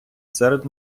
серед